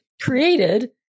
created